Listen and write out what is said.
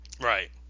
Right